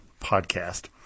podcast